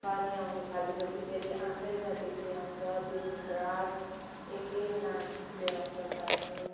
पानी आउनु थाल्यो पछि फेरि आँखा नदेखी आउँछ दिन रात एकनासले आउँछ पानी